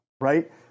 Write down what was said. right